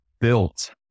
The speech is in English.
built